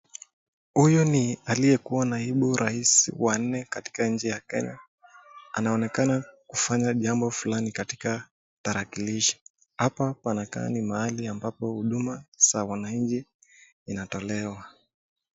Huyu ni aliyekuwa naibu rais wa nne katika nchi ya kenya anaonekana kufanya jambo fulani katika tarakilishi. Hapa panakaa ni mahali ambapo huduma za wananchi inatolewa.